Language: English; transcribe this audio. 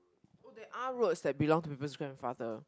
there are roads that belong to people's grandfather